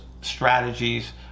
strategies